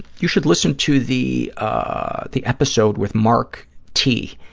you should listen to the ah the episode with mark t.